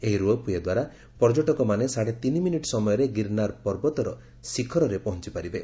ଏହି ropeway ଦ୍ୱାରା ପର୍ଯ୍ୟଟକମାନେ ସାଢ଼େ ସାତମିନିଟ୍ ସମୟରେ ଗିର୍ନାର ପର୍ବତର ଶିଖରରେ ପହଞ୍ଚ ପାରିବେ